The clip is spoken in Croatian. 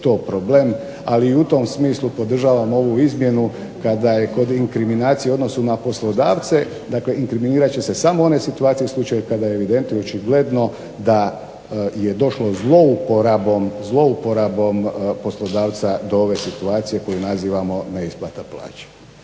to problem, ali i u tom smislu podržavam ovu izmjenu kada je kod inkriminacije u odnosu na poslodavce, dakle inkriminirat će se samo one situacije u slučaju kada je evidentno i očigledno da je došlo zlouporabom poslodavca do ove situacije koju nazivamo neisplata plaće.